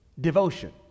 devotion